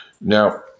Now